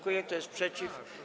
Kto jest przeciw?